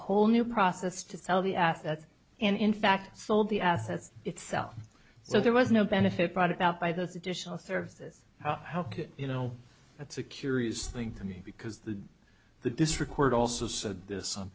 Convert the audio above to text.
whole new process to sell the assets and in fact sold the assets itself so there was no benefit brought about by those additional third of this how could you know that's a curious thing to me because the the district court also said this on